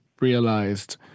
realized